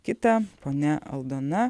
kitą ponia aldona